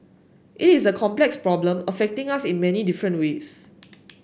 it is a complex problem affecting us in many different ways